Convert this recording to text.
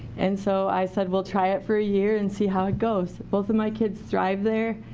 and so i said we'll try it for a year and see how it goes. both of my kids thrived there,